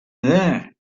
there